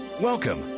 Welcome